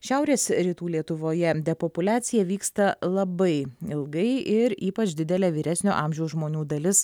šiaurės rytų lietuvoje depopuliacija vyksta labai ilgai ir ypač didelė vyresnio amžiaus žmonių dalis